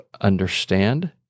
understand